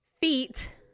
feet